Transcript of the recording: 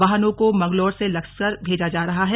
वाहनों को मंगलौर से लक्सर भेजा जा रहा है